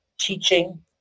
teaching